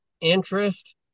interest